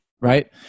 Right